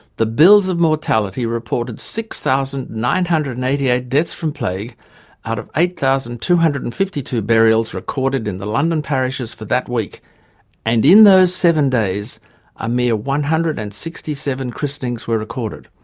the bills of mortality reported six thousand nine hundred and eighty eight deaths from plague out of eight thousand two hundred and fifty two burials recorded in the london parishes for that week and in those seven days a mere one hundred and sixty seven christenings were recorded.